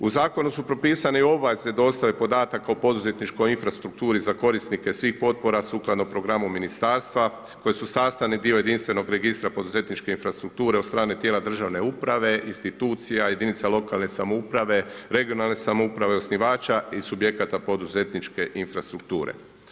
U zakonu su propisani … dostave podataka o poduzetničkoj infrastrukturi za korisnike svih potpora sukladno programu ministarstva koji su sastavni dio jedinstvenog registra poduzetničke infrastrukture od strane tijela državne uprave, institucija, jedinica lokalne samouprave, regionalne samouprave, osnivača i subjekata poduzetničke infrastrukture.